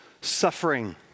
suffering